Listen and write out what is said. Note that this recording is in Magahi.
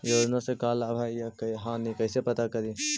योजना से का लाभ है या हानि कैसे पता करी?